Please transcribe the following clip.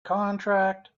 contract